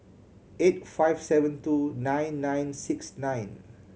eight five seven two nine nine six nine